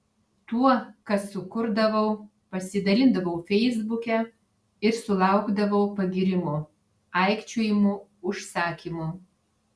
tuo ką sukurdavau pasidalindavau feisbuke ir sulaukdavau pagyrimų aikčiojimų užsakymų